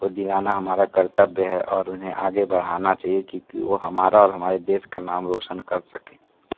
दिलाना हमारा कर्तव्य है और उन्हें आगे बढ़ाना चाहिए क्योंकि वो हमारा और हमारे देश का नाम रोशन कर सके